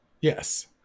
Yes